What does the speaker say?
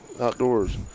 Outdoors